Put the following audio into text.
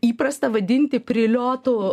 įprasta vadinti priliotu